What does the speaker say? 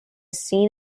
seen